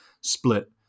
split